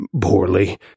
poorly